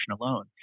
alone